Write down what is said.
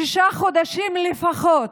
שישה חודשים לפחות,